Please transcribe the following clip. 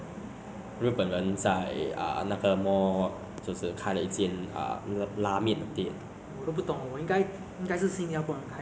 所以在那个 paya lebar 现在有三三三间 mall right paya lebar square SingPost centre 还有那个 quarters